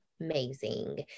amazing